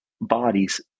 bodies